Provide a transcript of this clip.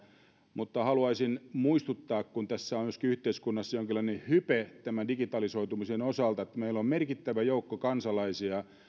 mutta haluaisin muistuttaa kun yhteiskunnassa on myöskin jonkinlainen hype tämän digitalisoitumisen osalta että meillä on merkittävä joukko kansalaisia